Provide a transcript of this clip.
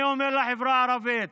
אני אומר לחברה הערבית,